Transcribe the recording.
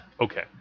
Okay